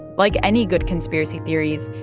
like any good conspiracy theories,